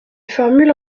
formules